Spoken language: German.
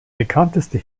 bekannteste